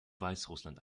weißrussland